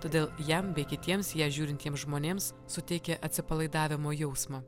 todėl jam bei kitiems į ją žiūrintiems žmonėms suteikia atsipalaidavimo jausmą